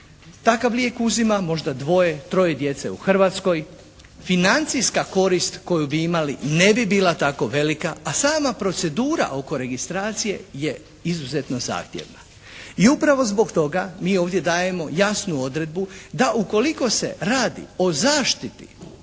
Takav lijek uzima možda dvoje, troje djece u Hrvatskoj. Financijska korist koju bi imali ne bi bila tako velika, a sama procedura oko registracije je izuzetno zahtjevna. I upravo zbog toga mi ovdje dajemo jasnu odredbu da ukoliko se radi o zaštiti interesa